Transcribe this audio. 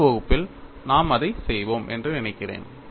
அடுத்த வகுப்பில் நாம் அதை செய்வோம் என்று நினைக்கிறேன்